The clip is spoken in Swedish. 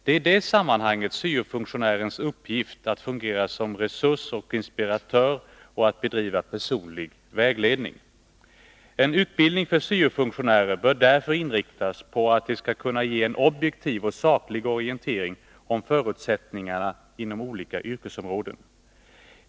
Det är i detta sammanhang syo-funktionärens uppgift att fungera som resurs och inspiratör och att bedriva personlig vägledning. En utbildning för syo-funktionärer bör därför inriktas på att de skall kunna ge en objektiv och saklig orientering om förutsättningarna inom olika yrkesområden.